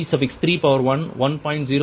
0101 கோணம் மைனஸ் 2